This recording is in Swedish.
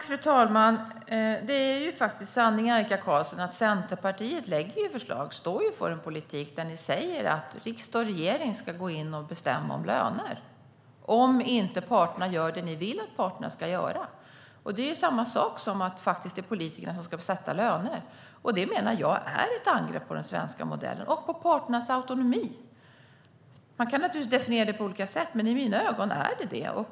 Fru talman! Det är ju faktiskt sanningen, Annika Qarlsson, att ni i Centerpartiet lägger fram förslag och står för en politik där ni säger att riksdag och regering ska gå in och bestämma om löner om inte parterna gör det ni vill att parterna ska göra. Det är samma sak som att det är politikerna som ska få sätta löner, och det menar jag är ett angrepp på den svenska modellen och på parternas autonomi. Man kan naturligtvis definiera det på olika sätt, men i mina ögon är det det.